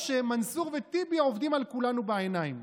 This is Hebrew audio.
או שמנסור וטיבי עובדים על כולנו בעיניים